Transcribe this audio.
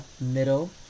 middle